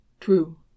True